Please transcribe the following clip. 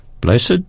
Blessed